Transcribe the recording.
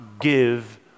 give